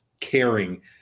caring